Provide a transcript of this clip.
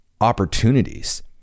opportunities